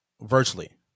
virtually